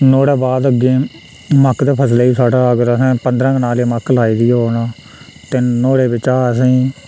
नुहाड़ बाद अग्गें मक्क दी फसल साढ़ा अगर असें पंदरा कनाली मक्क लाई दी होग ना ते नुहाड़े बिच्चा असेंई